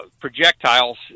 projectiles